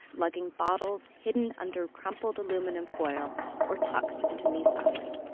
lugging bottles hidden under crumpled aluminum foil or tucked into knee socks.